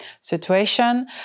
situation